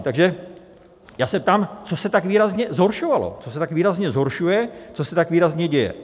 Takže já se ptám, co se tak výrazně zhoršovalo, co se tak výrazně zhoršuje, co se tak výrazně děje?